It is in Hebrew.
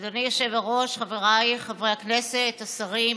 אדוני היושב-ראש, חבריי חברי הכנסת, השרים,